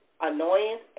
annoyance